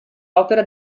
opera